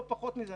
לא פחות מזה,